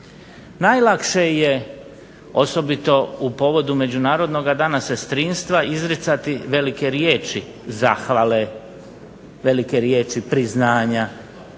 Najlakše je osobito u povodu Međunarodnog dana sestrinstva izricati velike riječi zahvale, velike riječi priznanja,